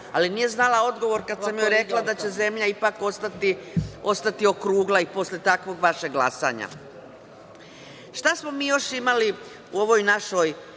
ali nije znala odgovor kada sam joj rekla da će zemlja ipak ostati okrugla i posle takvog vašeg glasanja. Šta smo mi još imali u ovoj našoj